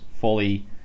fully